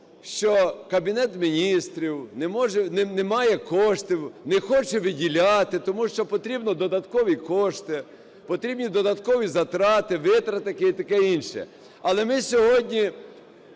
що Кабінет Міністрів не має коштів, не хоче виділяти, тому що потрібно додаткові кошти, потрібні додаткові затрати, витрати і таке інше. Але ми сьогодні